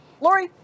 Lori